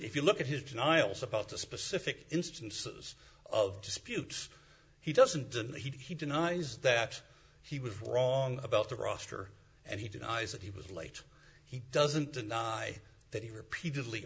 if you look at his denials opposed to specific instances of disputes he doesn't and he denies that he was wrong about the roster and he denies that he was late he doesn't deny that he repeatedly